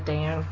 Dan